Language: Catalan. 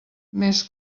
més